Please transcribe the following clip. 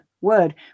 word